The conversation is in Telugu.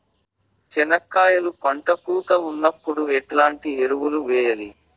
చెనక్కాయలు పంట పూత ఉన్నప్పుడు ఎట్లాంటి ఎరువులు వేయలి?